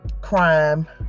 crime